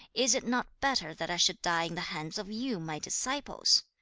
is it not better that i should die in the hands of you, my disciples?